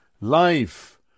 life